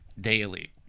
daily